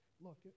Look